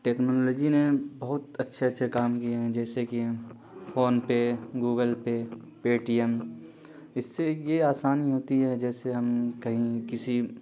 technology نے بہت اچھے اچھے کام کیے ہیں جیسے کہ فون پے گوگل پے پے ٹی ایم اس سے یہ آسانی ہوتی ہے جیسے ہم کہیں کسی